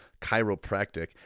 chiropractic